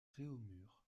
réaumur